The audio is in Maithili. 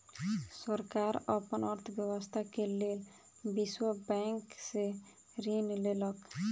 सरकार अपन अर्थव्यवस्था के लेल विश्व बैंक से ऋण लेलक